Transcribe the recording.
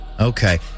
Okay